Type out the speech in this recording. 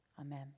Amen